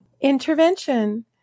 Intervention